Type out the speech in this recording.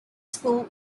school